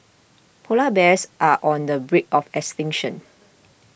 Polar Bears are on the brink of extinction